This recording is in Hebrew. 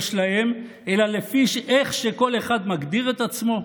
שלהם אלא לפי איך שכל אחד מגדיר את עצמו?